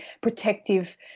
protective